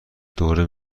دوره